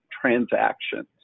transactions